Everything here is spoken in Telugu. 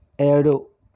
ఏడు